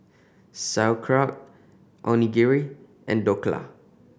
Sauerkraut Onigiri and Dhokla